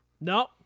No